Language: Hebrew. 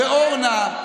ואורנה,